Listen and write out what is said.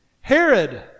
Herod